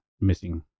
missing